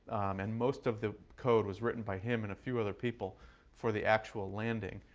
and most of the code was written by him and a few other people for the actual landing.